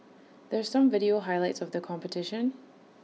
there's some video highlights of the competition